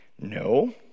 No